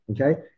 Okay